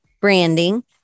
Branding